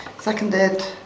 Seconded